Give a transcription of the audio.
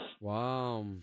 Wow